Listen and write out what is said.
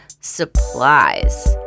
supplies